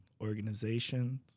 organizations